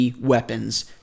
weapons